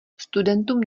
studentům